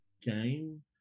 game